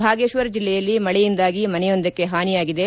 ಭಾಗೇಶ್ವರ್ ಜಿಲ್ಲೆಯಲ್ಲಿ ಮಳೆಯಿಂದಾಗಿ ಮನೆಯೊಂದಕ್ಷೆ ಹಾನಿಯಾಗಿದೆ